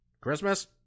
Christmas